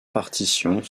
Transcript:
partitions